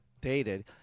dated